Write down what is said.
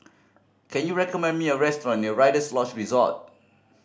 can you recommend me a restaurant near Rider's Lodge Resort